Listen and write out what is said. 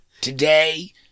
Today